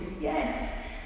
Yes